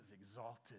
exalted